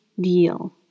deal